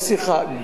לשיחה.